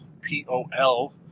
P-O-L